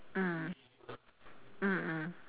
mm mm mm